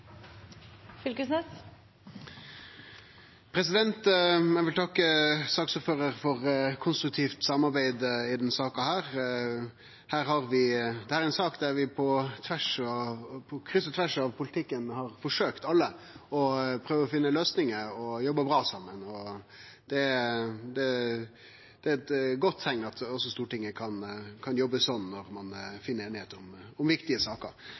Eg vil takke saksordføraren for konstruktivt samarbeid i denne saka. Dette er ei sak der vi alle, på kryss og tvers av politikken, har forsøkt å finne løysingar, og vi har jobba bra saman. Det er eit godt teikn at også Stortinget kan jobbe sånn når ein finn einigheit om viktige saker.